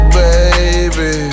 baby